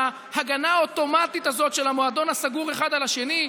בהגנה האוטומטית הזאת של המועדון הסגור אחד על השני?